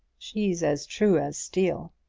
she's as true as steel.